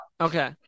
Okay